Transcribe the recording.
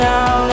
Now